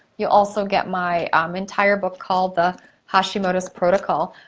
you also get my um entire book called the hashimoto's protocol.